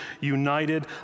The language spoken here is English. united